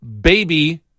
baby